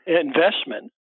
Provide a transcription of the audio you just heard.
investment